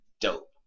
dope